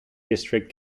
district